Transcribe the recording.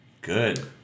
Good